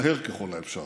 מהר ככל האפשר.